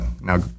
Now